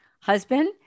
husband